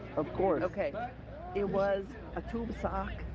of course okay it was a tube sock.